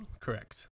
correct